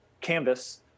canvas